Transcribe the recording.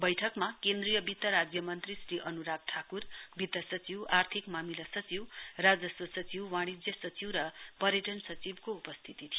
बैठकमा केन्द्रीय वित्त राज्य मन्त्री श्री अनुराग ठाकुर वित्त सचिव आर्थिक मामिला सचिव राजस्व सचिव वाणिज्य सचिव र पर्यटन सचिवको उपस्थिती थियो